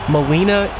Molina